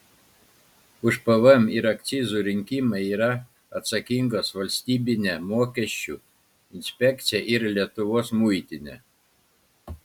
už pvm ir akcizų rinkimą yra atsakingos valstybinė mokesčių inspekcija ir lietuvos muitinė